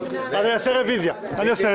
אני נועל את הישיבה.